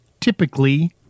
typically